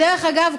דרך אגב,